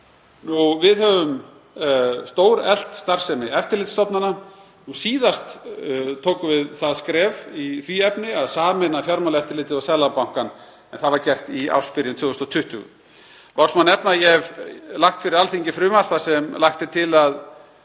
Við höfum stóreflt starfsemi eftirlitsstofnana. Síðast tókum við það skref í því efni að sameina Fjármálaeftirlitið og Seðlabankann en það var gert í ársbyrjun 2020. Loks má nefna að ég hef lagt fyrir Alþingi frumvarp þar sem lagt er til að